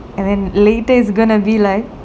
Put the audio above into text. and then later it's gonna be like